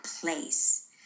place